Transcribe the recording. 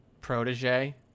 protege